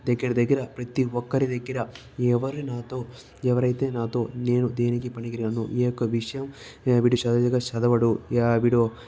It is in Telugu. దగ్గర దగ్గర ప్రతి ఒక్కరి దగ్గర ఎవరు నాతో ఎవరైతే నాతో నేను దేనికి పనికి రాను ఈ యొక్క విషయం వీడు సరిగ్గా చదవడు వీడు